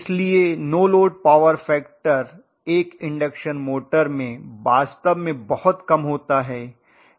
इसलिए no load power factor एक induction motor में वास्तव में बहुत कम होता है